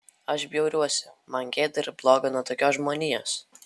aš bjauriuosi man gėda ir bloga nuo tokios žmonijos